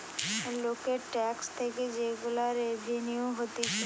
লোকের ট্যাক্স থেকে যে গুলা রেভিনিউ হতিছে